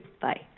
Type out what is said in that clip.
Bye